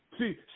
See